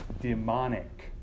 demonic